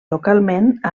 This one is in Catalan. localment